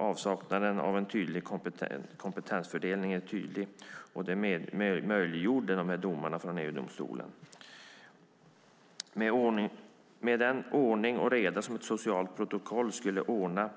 Avsaknaden av en tydlig kompetensfördelning möjliggjorde domarna från EU-domstolen. Men den ordning och reda som ett socialt protokoll skulle ordna